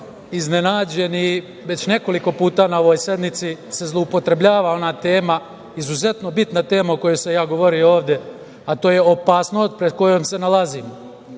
iznenađen i već nekoliko puta na ovoj sednici se zloupotrebljava ova tema, izuzetno bitna tema o kojoj sam ja govorio ovde, a to je opasnost pred kojom se nalazimo.